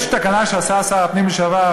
יש תקנה שעשה שר הפנים לשעבר,